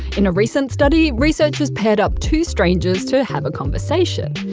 in a recent study, researchers paired up two strangers to have a conversation.